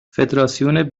فدراسیون